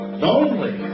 lonely